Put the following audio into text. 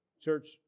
Church